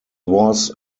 was